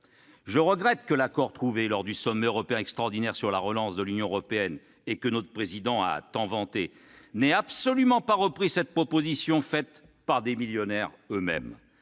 Je regrette que l'accord trouvé lors du sommet européen extraordinaire sur la relance de l'Union européenne, que notre Président a tant vanté, n'ait absolument pas repris cette proposition faite par les millionnaires eux-mêmes.